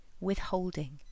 withholding